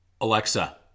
Alexa